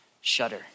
shudder